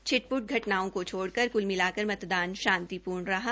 छिट प्ट घटनाओं को छोड़कर क्ल मिला मतदान शांतिपूर्ण रहा